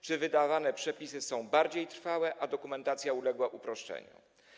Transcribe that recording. Czy wydawane przepisy są bardziej trwałe, a dokumentacja uległa uproszczeniu?